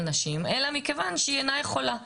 נשים אלא מכיוון שהיא אינה יכולה לפקח,